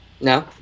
no